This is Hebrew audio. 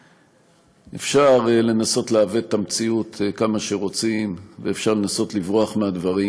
אפשר לנסות לעוות את המציאות כמה שרוצים ואפשר לנסות לברוח מהדברים,